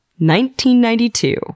1992